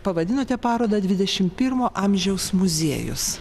pavadinote parodą dvidešimt pirmo amžiaus muziejus